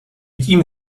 tím